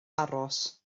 aros